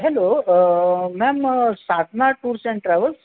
hello ma'am Sadhana tours and travels